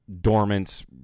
dormant